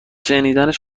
شنیدنش